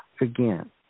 Again